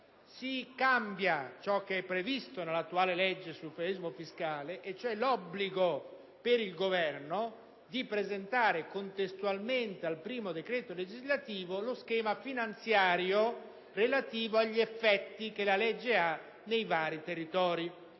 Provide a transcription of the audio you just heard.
si cambia quanto previsto nell'attuale legge sul federalismo fiscale, ossia l'obbligo per il Governo di presentare contestualmente al primo decreto legislativo lo schema finanziario relativo agli effetti che la legge ha nei vari territori.